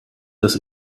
dass